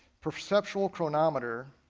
perceptual chronometer,